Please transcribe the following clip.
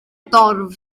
dorf